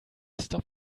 stop